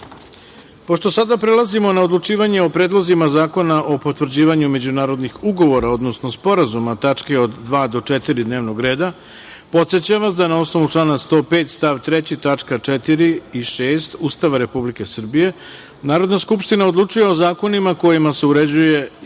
prelazima na odlučivanje o predlozima zakona o potvrđivanju međunarodnih ugovora, odnosno sporazuma tačke od 2. do 4. dnevnog reda, podsećam vas da na osnovu člana 105. stav 3. tačka 4) i 6) Ustava Republike Srbije Narodna skupština odlučuje o zakonima kojima se uređuje javno